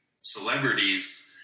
celebrities